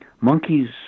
Monkeys